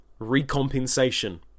Recompensation